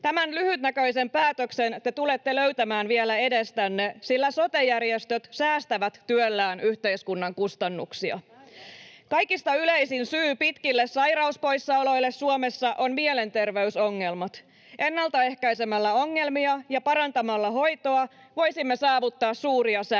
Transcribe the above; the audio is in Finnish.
Tämän lyhytnäköisen päätöksen te tulette löytämään vielä edestänne, sillä sote-järjestöt säästävät työllään yhteiskunnan kustannuksia. Kaikista yleisin syy pitkille sairauspoissaoloille Suomessa ovat mielenterveysongelmat. Ennaltaehkäisemällä ongelmia ja parantamalla hoitoa voisimme saavuttaa suuria säästöjä.